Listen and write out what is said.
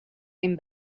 him